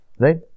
Right